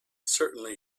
certainly